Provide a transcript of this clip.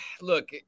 look